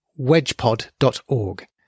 WedgePod.org